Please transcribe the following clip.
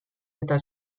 eta